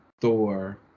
Thor